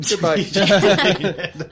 goodbye